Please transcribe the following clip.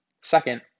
Second